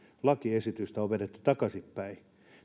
lakiesitystä on vedetty takaisinpäin